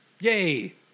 Yay